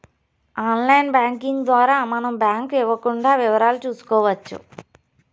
online banking ద్వారా మనం bank ఇవ్వకుండా వివరాలు చూసుకోవచ్చు